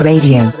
Radio